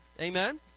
amen